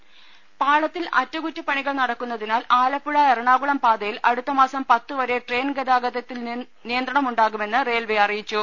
ദേദ പാളത്തിൽ അറ്റകുറ്റപ്പണികൾ നടക്കുന്നതിനാൽ ആലപ്പുഴ എറണാകുളം പാതയിൽ അടുത്തമാസം പത്തുവരെ ട്രെയിൻ ഗതാഗതത്തിൽ നിയന്ത്രണമുണ്ടാകുമെന്ന് റെയിൽവെ അറിയിച്ചു